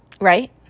Right